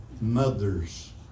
Mothers